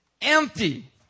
empty